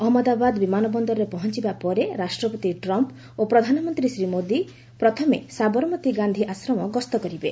ଅହମ୍ମଦାବାଦ ବିମାବନ୍ଦରରେ ପହଞ୍ଚବା ପରେ ରାଷ୍ଟ୍ରପତି ଟ୍ରମ୍ପ ଓ ପ୍ରଧାନମନ୍ତ୍ରୀ ଶ୍ରୀ ମୋଦି ପ୍ରଥମେ ସାବରମତୀ ଗାନ୍ଧି ଆଶ୍ରମ ଗସ୍ତ କରିବେ